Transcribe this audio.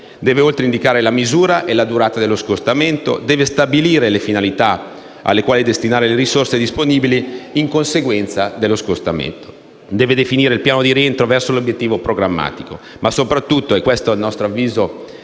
deve, però, indicare la misura e la durata dello scostamento, si devono stabilire le finalità alle quali destinare le risorse disponibili in conseguenza dello scostamento, si deve definire il piano di rientro verso l'obiettivo programmatico, ma soprattutto - e questo a nostro avviso